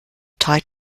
tight